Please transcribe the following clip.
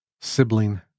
sibling